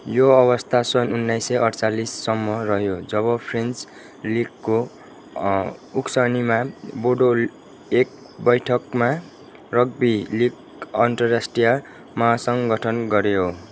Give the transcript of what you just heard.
यो अवस्था सन् उन्नाइस सौ अठचालिससम्म रह्यो जब फ्रेन्च लीगको उक्सानीमा बोर्डोल एक बैठकमा रग्बी लिग अन्तर्राष्ट्रिय महासङ्घ गठन गऱ्यो